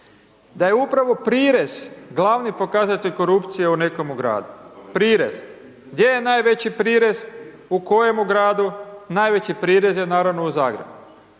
da je upravo prirez glavni pokazatelj korupcije u nekomu gradu, prirez, gdje je najveći prirez, u kojemu gradu, najveći prirez je naravno u Zagrebu.